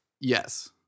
Yes